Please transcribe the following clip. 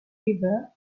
river